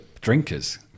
drinkers